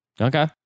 Okay